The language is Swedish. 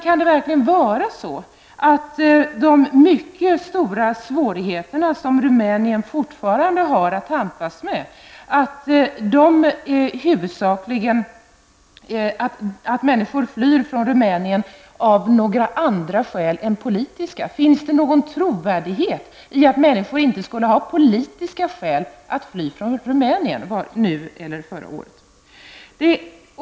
Kan det verkligen vara så att människor flyr från Rumänien av några andra skäl än politiska, med tanke på de mycket stora svårigheter som Rumänien tampas med? Finns det någon trovärdighet i att människor inte skulle ha politiska skäl att fly från Rumänien nu eller förra året?